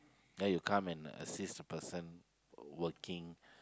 then you come and assist the person working